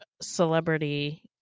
celebrity